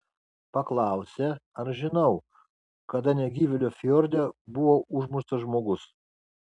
paklausė ar žinau kada negyvėlio fjorde buvo užmuštas žmogus